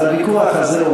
אז הוויכוח הזה הוא